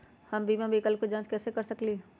हम बीमा विकल्प के जाँच कैसे कर सकली ह?